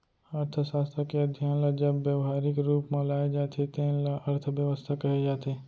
अर्थसास्त्र के अध्ययन ल जब ब्यवहारिक रूप म लाए जाथे तेन ल अर्थबेवस्था कहे जाथे